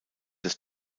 des